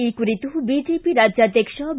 ಈ ಕುರಿತು ಬಿಜೆಪಿ ರಾಜ್ಯಾಧ್ವಕ್ಷ ಬಿ